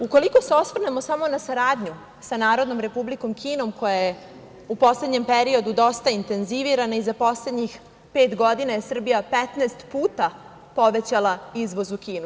Ukoliko se osvrnemo samo na saradnju sa Narodnom Republikom Kinom, koja je u poslednjem periodu dosta intenzivirana i za poslednjih pet godina je Srbija 15 puta povećala izvoz u Kinu.